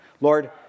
Lord